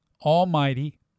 Almighty